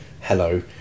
hello